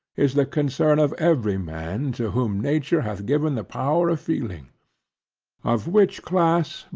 is the concern of every man to whom nature hath given the power of feeling of which class,